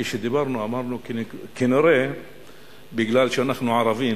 כשדיברנו אמרנו שכנראה זה מכיוון שאנחנו ערבים,